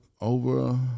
over